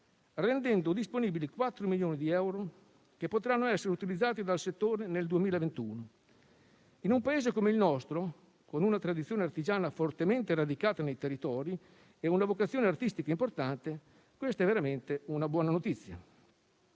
rendendo disponibili 4 milioni di euro che potranno essere utilizzati dal settore nel 2021. In un Paese come il nostro, con una tradizione artigiana fortemente radicata nei territori e una vocazione artistica importante, questa è veramente una buona notizia.